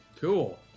Cool